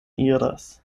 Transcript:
iras